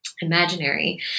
imaginary